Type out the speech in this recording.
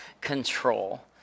control